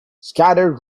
scattered